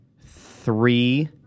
three